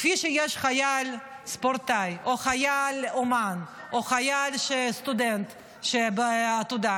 כפי שיש חייל ספורטאי או חייל אומן או חייל סטודנט בעתודה,